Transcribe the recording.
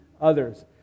others